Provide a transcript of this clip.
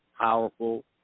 powerful